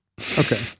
Okay